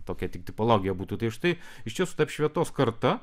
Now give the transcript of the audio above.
tokia tik tipologija būtų tai štai išties ta apšvietos karta